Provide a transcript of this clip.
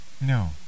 no